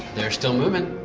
they are still moving.